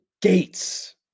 Gates